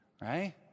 right